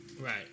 Right